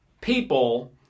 people